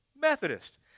Methodist